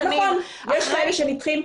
יש כאלה שנידחים.